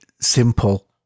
simple